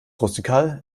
rustikal